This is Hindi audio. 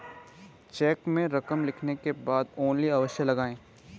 चेक में रकम लिखने के बाद ओन्ली अवश्य लगाएँ